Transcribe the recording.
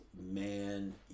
man